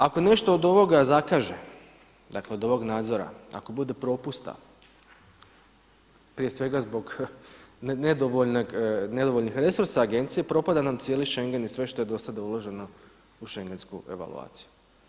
Ako nešto od ovoga zakaže, dakle od ovog nadzora, ako bude propusta, prije svega zbog nedovoljnih resursa agencije propada nam cijeli Schengen i sve što je do sada uloženo u šengensku evaluaciju.